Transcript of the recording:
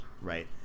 right